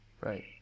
Right